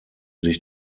sich